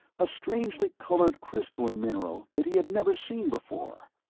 a strangely colored crystalline mineral that he had never seen before.